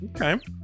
okay